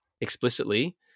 explicitly